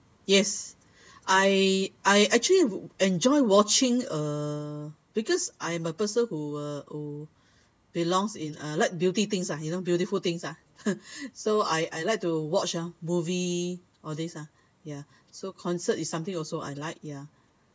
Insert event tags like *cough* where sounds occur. yes I I actually enjoyed watching uh because I am a person who uh who belongs in uh like beauty things ah you know beautiful things ah *laughs* so I I like to watch ah movies or these ah ya so concert it's something also I like